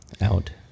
out